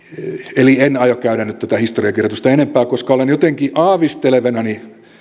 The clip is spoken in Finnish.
eli en aio käydä nyt tätä historiankirjoitusta enempää koska olen jotenkin aavistelevinani